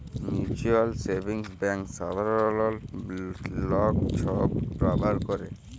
mutual savings bank সাধারল লক ছব ব্যাভার ক্যরে